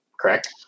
correct